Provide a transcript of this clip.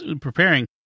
preparing